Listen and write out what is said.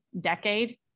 decade